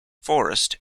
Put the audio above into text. forest